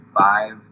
five